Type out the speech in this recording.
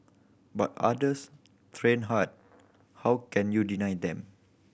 but others train hard how can you deny them